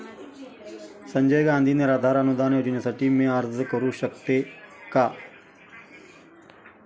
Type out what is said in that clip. संजय गांधी निराधार अनुदान योजनेसाठी मी अर्ज करू शकते का?